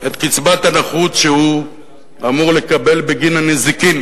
את קצבת הנכות שהוא אמור לקבל בגין הנזיקין,